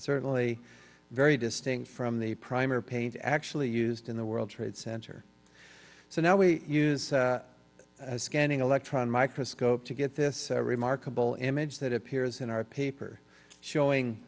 certainly very distinct from the primer paint actually used in the world trade center so now we use scanning electron microscope to get this remarkable image that appears in our paper showing